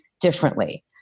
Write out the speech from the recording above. differently